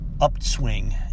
upswing